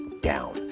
down